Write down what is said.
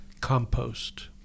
compost